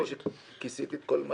נדמה לי שכיסיתי את הכול.